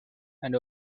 and